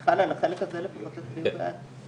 מיכל, על החלק הזה לפחות תצביעו בעד.